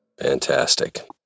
fantastic